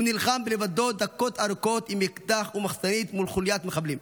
הוא נלחם לבדו דקות ארוכות עם אקדח ומחסנית מול חוליית מחבלים,